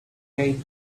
gave